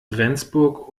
rendsburg